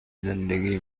زندگی